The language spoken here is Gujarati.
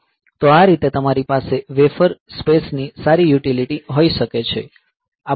તો આ રીતે તમારી પાસે વેફર સ્પેસ ની સારી યુટિલિટી હોઈ શકે છે